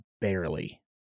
barely